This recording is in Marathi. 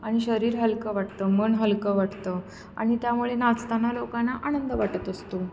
आणि शरीर हलकं वाटतं मन हलकं वाटतं आणि त्यामुळे नाचताना लोकांना आनंद वाटत असतो